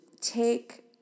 take